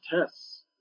tests